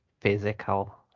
physical